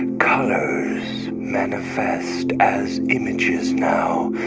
and colors manifest as images now.